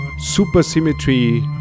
Supersymmetry